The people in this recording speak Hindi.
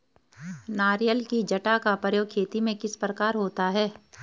नारियल की जटा का प्रयोग खेती में किस प्रकार होता है?